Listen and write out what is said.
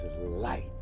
light